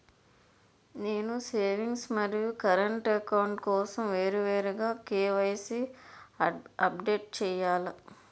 నేను సేవింగ్స్ మరియు current account కోసం వేరువేరుగా కే.వై.సీ అప్డేట్ చేయాలా?